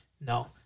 no